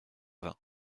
vingts